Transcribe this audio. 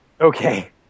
Okay